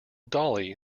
dolly